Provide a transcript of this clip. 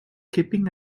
keeping